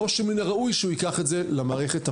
או שמן הראוי שהוא ייקח את זה למערכת הפרטית,